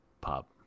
pop